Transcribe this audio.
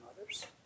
others